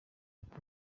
agira